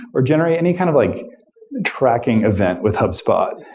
or generate any kind of like tracking event with hubspot.